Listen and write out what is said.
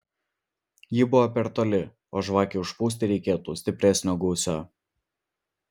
ji buvo per toli o žvakei užpūsti reikėtų stipresnio gūsio